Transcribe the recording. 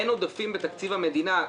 אין עודפים בתקציב המדינה.